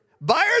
Buyer's